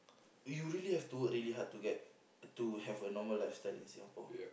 you really have to work really hard to get to have a normal lifestyle in Singapore